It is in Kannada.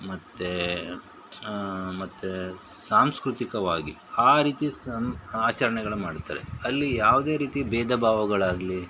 ಮತ್ತು ಮತ್ತು ಸಾಂಸ್ಕೃತಿಕವಾಗಿ ಆ ರೀತಿ ಸಮ್ ಆಚರ್ಣೆಗಳನ್ನು ಮಾಡ್ತಾರೆ ಅಲ್ಲಿ ಯಾವುದೇ ರೀತಿ ಭೇದ ಭಾವಗಳಾಗಲಿ